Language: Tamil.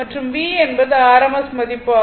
மற்றும் V என்பது rms மதிப்பு ஆகும்